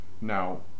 Now